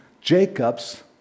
Jacob's